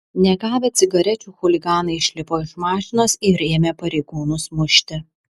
negavę cigarečių chuliganai išlipo iš mašinos ir ėmė pareigūnus mušti